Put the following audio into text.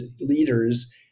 leaders